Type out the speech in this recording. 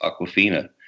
Aquafina